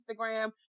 Instagram